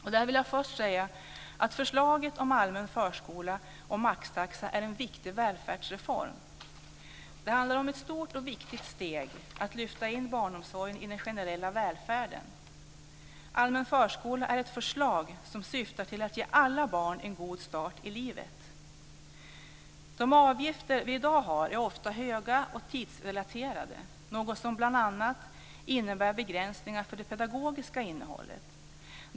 Jag vill först säga att förslaget om allmän förskola och maxtaxa handlar om en viktig välfärdsreform. Det handlar om ett stort och viktigt steg, nämligen att lyfta in barnomsorgen i den generella välfärden. Allmän förskola är ett förslag som syftar till att ge alla barn en god start i livet. De avgifter som vi i dag har är ofta höga och tidsrelaterade, något som bl.a. innebär begränsningar för det pedagogiska innehållet.